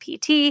PT